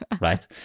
right